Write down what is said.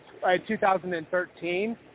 2013